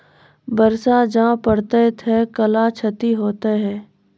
बरसा जा पढ़ते थे कला क्षति हेतै है?